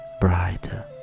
brighter